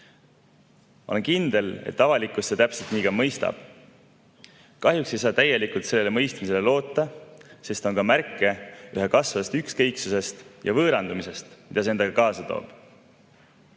Ma olen kindel, et avalikkus seda täpselt nii ka mõistab. Kahjuks ei saa täielikult sellele mõistmisele loota, sest on ka märke üha kasvavast ükskõiksusest ja võõrandumisest, mida see endaga kaasa toob.